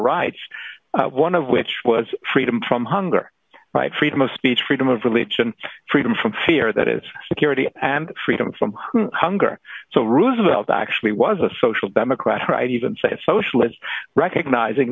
rights one of which was freedom from hunger right freedom of speech freedom of religion freedom from fear that is security and freedom from hunger so roosevelt actually was a social democrat right even say a socialist recognizing